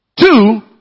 Two